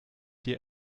dir